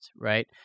right